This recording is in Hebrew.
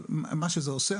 אבל מה שזה עושה,